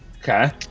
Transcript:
okay